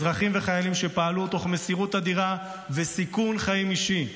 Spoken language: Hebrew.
אזרחים וחיילים פעלו תוך מסירות אדירה וסיכון חיים אישי.